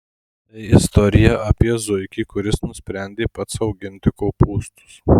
tai istorija apie zuikį kuris nusprendė pats auginti kopūstus